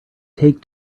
take